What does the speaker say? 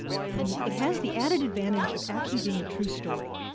and it has the added advantage of actually being a true story.